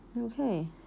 Okay